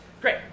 Great